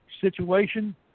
situation